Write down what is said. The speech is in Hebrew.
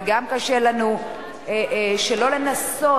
וגם קשה לנו שלא לנסות,